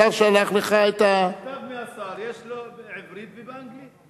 השר שלח לך את, במכתב מהשר יש בעברית ובאנגלית.